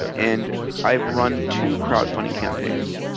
ah and i've run two crowdfunding campaigns,